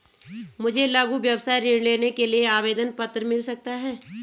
मुझे लघु व्यवसाय ऋण लेने के लिए आवेदन पत्र मिल सकता है?